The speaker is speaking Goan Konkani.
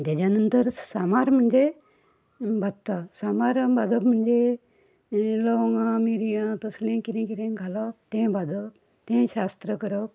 तेज्या नंतर सामार म्हणजे भात्ता सामार भाजप म्हणजे लोवंगां मिरयां तसलें कितें कितें घालप तें भाजप तें शास्त्र करप